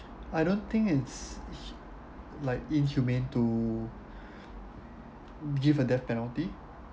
I don't think it's like inhumane to give a death penalty